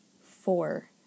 four